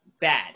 bad